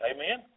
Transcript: Amen